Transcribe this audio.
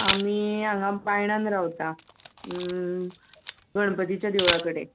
आमी हांगा बायणान रावता गणपतीच्या देवळा कडेन